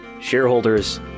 shareholders